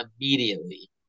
immediately